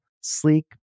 sleek